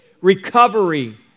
recovery